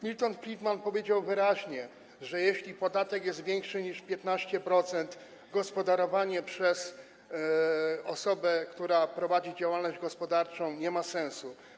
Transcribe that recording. Milton Friedman powiedział wyraźnie, że jeśli podatek jest większy niż 15%, gospodarowanie przez osobę, która prowadzi działalność gospodarczą, nie ma sensu.